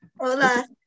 Hola